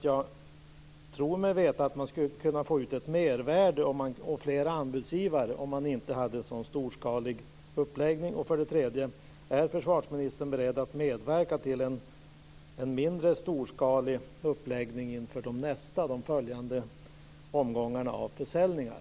Jag tror mig veta att det går att få ut ett mervärde och fler anbudsgivare om det inte vore en så storskalig uppläggning. Är försvarsministern beredd att medverka till en mindre storskalig uppläggning inför de följande omgångarna av försäljningar?